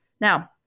Now